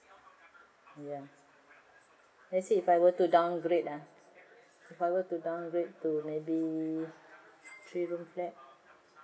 ya let's say if I were to downgrade ah if I were to downgrade to three room flat